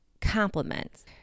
compliments